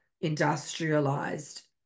industrialized